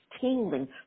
tingling